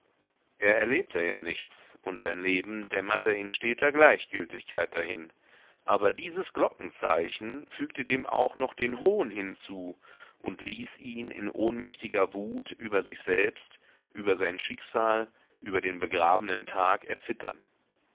er erlebte ja nichts und sein leben dämmerte in steter gleichgültigkeit dahin aber dieses glockenzeichen fügte dem auch noch den hohn hinzu und ließ ihn in ohnmächtiger wut über sich selbst über sein schicksal über den begrabenen tag erzittern